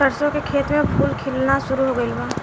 सरसों के खेत में फूल खिलना शुरू हो गइल बा